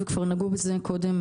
שכבר נגעו בזה קודם,